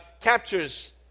captures